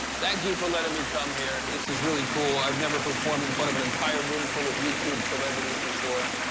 thank you for letting me come here. this is really cool. i've never performed in front of an entire roomful of youtube celebrities before.